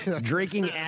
drinking